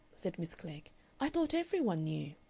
said miss klegg i thought every one knew.